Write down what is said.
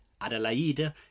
Adelaide